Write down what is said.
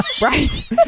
right